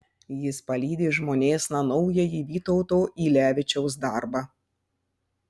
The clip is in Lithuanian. jis palydi žmonėsna naująjį vytauto ylevičiaus darbą